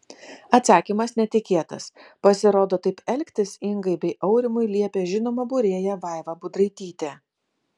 atsakymas netikėtas pasirodo taip elgtis ingai bei aurimui liepė žinoma būrėja vaiva budraitytė